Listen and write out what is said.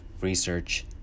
research